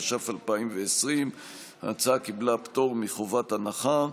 התש"ף 2020. ההצעה קיבלה פטור מחובת הנחה.